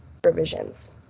Provisions